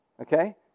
Okay